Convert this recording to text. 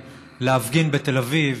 11121,